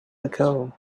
ago